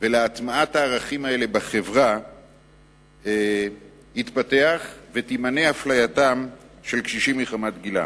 ולהטמעת הערכים האלה בחברה תתפתח ותימנע אפלייתם של קשישים מחמת גילם.